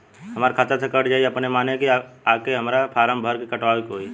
हमरा खाता से कट जायी अपने माने की आके हमरा फारम भर के कटवाए के होई?